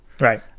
Right